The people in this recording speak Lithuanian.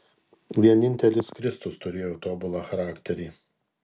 vienintelis kristus turėjo tobulą charakterį